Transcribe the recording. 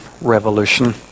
revolution